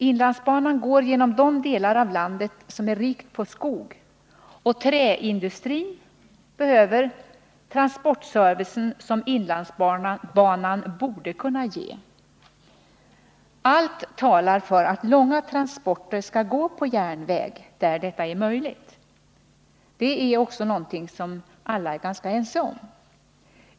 Inlandsbanan går genom de delar av landet som är rika på skog, och träindustrin behöver den transportservice som inlandsbanan borde kunna ge. Allt talar för att långa transporter skall gå på järnväg där detta är möjligt. Det är också något som alla är ganska ense om.